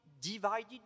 divided